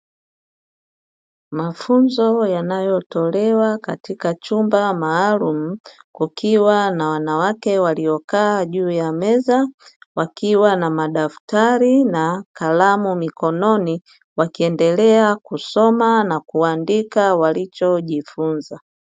Mafunzo yanayotolewa katika chumba maalumu kukiwa na wanawake waliokaa juu ya meza, wakiwa na madafari na kalamu mikononi, wakiendelea kusoma na kuandika walichojifunza.